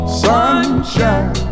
sunshine